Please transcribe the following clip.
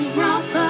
brother